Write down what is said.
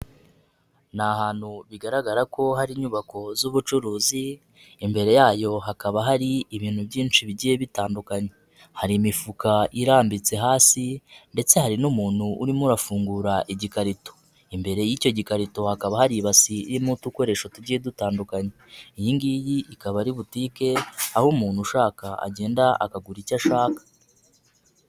Ni ahantu bigaragara ko hari inyubako z'ubucuruzi, imbere yayo hakaba hari ibintu byinshi bigiye bitandukanye, hari imifuka irambitse hasi ndetse hari n'umuntu urimo urafungura igikarito, imbere y'icyo gikarito hakaba hari ibasi igiye irimo udukoresho tugiye dutandukanye, iyi ngiyi ikaba ari butike aho umuntu ushaka agenda akagura icyo ashaka.